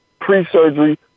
pre-surgery